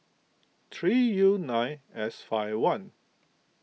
three U nine S five one